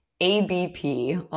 ABP